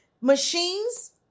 machines